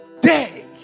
day